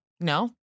No